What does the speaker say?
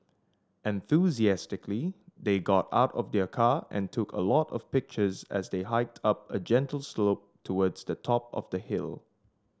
enthusiastically they got out of their car and took a lot of pictures as they hiked up a gentle slope towards the top of the hill